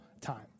time